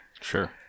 Sure